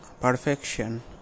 perfection